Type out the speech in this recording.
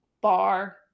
bar